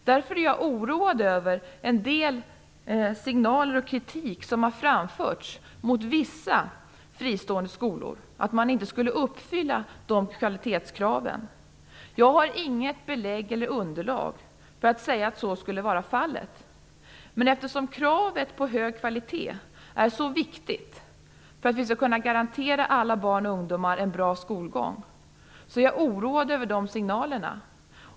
Därför är jag oroad över en del signaler och kritik som har framförts mot vissa fristående skolor om att de inte skulle uppfylla dessa kvalitetskrav. Jag har inget belägg eller underlag för att säga att så skulle vara fallet, men eftersom kravet på hög kvalitet är så viktigt för att vi skall kunna garantera alla barn och ungdomar en bra skolgång är jag oroad över dessa signaler.